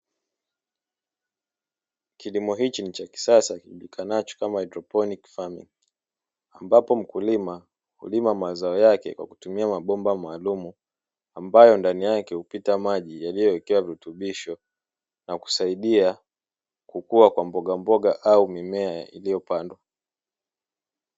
Kilimo hiki ni cha kisasa kijulikanacho kama "haidroponiki famingi" ambapo mkulima hulima mazao yao kwa kutumia mabomba maalumu, ambayo ndani yake hupita maji yaliyowekewa virutubisho na kusaidia kukua kwa mboga mboga au mimea iliyopandwa.